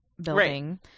building